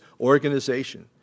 organization